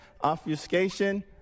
obfuscation